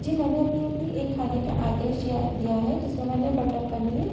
जी मैंने अभी अभी एक खाने का आदेश जिया दिया है जिसमें मैंने बटर पनीर